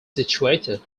situated